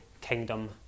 kingdom